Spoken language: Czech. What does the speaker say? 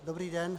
Dobrý den.